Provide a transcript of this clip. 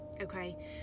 Okay